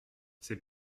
c’est